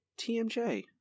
TMJ